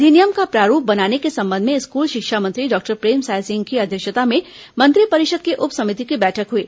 अधिनियम का प्रारूप बनाने के संबंध में स्कूल शिक्षा मंत्री डॉक्टर प्रेमसाय सिंह की अध्यक्षता में मंत्रिपरिषद के उप समिति की बैठक हुई